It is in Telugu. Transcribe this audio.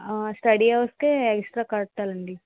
స్టడీ హవర్స్కే ఎగస్ట్రా కట్టాలండి